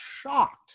shocked